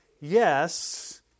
Yes